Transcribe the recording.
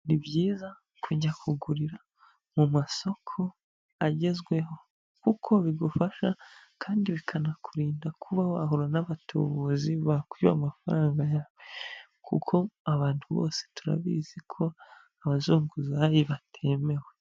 Ni byiza kujya kugurira mu masoko agezweho kuko bigufasha kandi bikanakurinda kuba wahura n'abatubuzi bakwiba amafaranga yawe kuko abantu bose turabizi ko abazunguzayi batemewe.